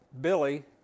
Billy